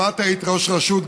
גם את היית ראש רשות,